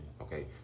Okay